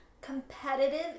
competitive